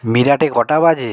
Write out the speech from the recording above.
মিরাটে কটা বাজে